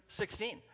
16